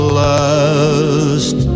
last